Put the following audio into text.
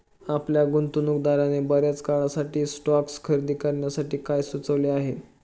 आपल्या गुंतवणूकदाराने बर्याच काळासाठी स्टॉक्स खरेदी करण्यासाठी काय सुचविले आहे?